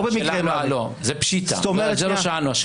זה פשיטא, את זה לא שאלנו.